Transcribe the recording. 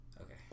Okay